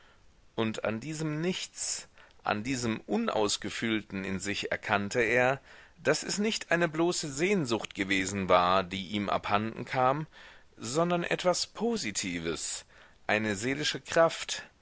und an diesem nichts an diesem unausgefüllten in sich erkannte er daß es nicht eine bloße sehnsucht gewesen war die ihm abhanden kam sondern etwas positives eine seelische kraft